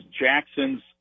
Jackson's